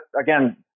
again